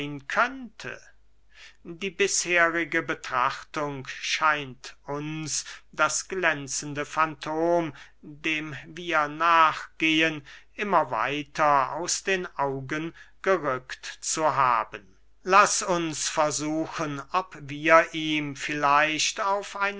könnte die bisherige betrachtung scheint uns das glänzende fantom dem wir nachgehen immer weiter aus den augen gerückt zu haben laß uns versuchen ob wir ihm vielleicht auf